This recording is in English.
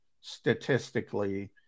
statistically